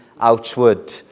outward